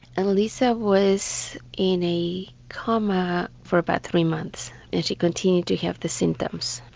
annalisa was in a coma for about three months and she continued to have the symptoms.